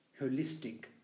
holistic